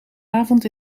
avond